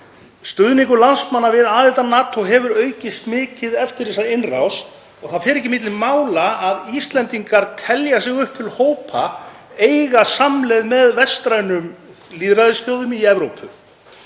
Stuðningur landsmanna við aðild að NATO hefur aukist mikið eftir þessa innrás og það fer ekki milli mála að Íslendingar telja sig upp til hópa eiga samleið með vestrænum lýðræðisþjóðum í Evrópu.